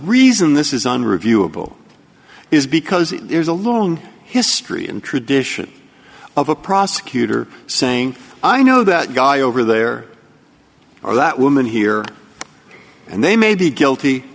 reason this isn't reviewable is because there's a long history and tradition of a prosecutor saying i know that guy over there or that woman here and they may be guilty